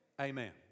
Amen